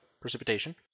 precipitation